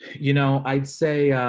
you know, i'd say.